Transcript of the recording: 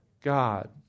God